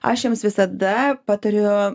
aš jiems visada patariu